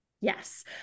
Yes